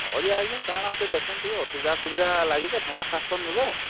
ହଉ ଯେ ଆଜ୍ଞା କା'ଣା ଅଛେ ଦେଖୁନ୍ ଟିକେ ଅସୁବିଧା ସୁବିଧା ଲାଗିଛେ ଟଙ୍କା ସାତ୍ଶହ ନେବେ